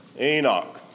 Enoch